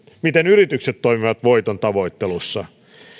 miten yritykset toimivat voitontavoittelussa